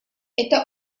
это